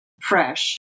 fresh